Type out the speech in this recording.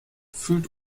fühlt